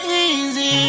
easy